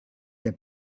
der